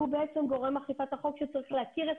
הוא בעצם גורם אכיפת החוק שצריך להכיר את